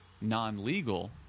non-legal